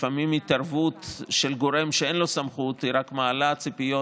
לפעמים התערבות של גורם שאין לו סמכות רק מעלה ציפיות